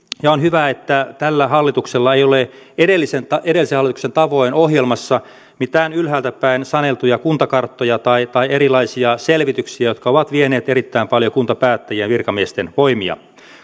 on hyvä että tällä hallituksella ei ole edellisen hallituksen tavoin ohjelmassa mitään ylhäältä päin saneltuja kuntakarttoja tai erilaisia selvityksiä jotka ovat vieneet erittäin paljon kuntapäättäjien ja virkamiesten voimia